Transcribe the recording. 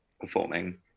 performing